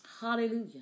hallelujah